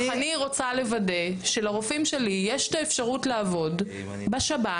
אני רוצה לוודא שלרופאים שלי יש את האפשרות לעבוד בשב"ן.